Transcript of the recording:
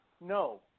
no